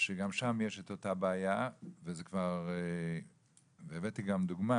שגם שם יש את אותה בעיה וזה כבר והבאתי גם דוגמא